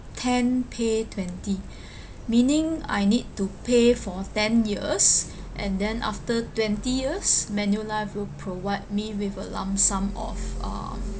ten pay twenty meaning I need to pay for ten years and then after twenty years manulife will provide me with a lump sum of um